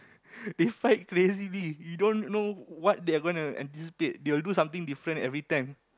they fight crazily you don't know what they're gonna anticipate they will do something different every time